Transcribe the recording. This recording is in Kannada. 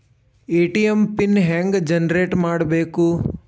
ಎ.ಟಿ.ಎಂ ಪಿನ್ ಹೆಂಗ್ ಜನರೇಟ್ ಮಾಡಬೇಕು?